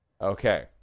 Okay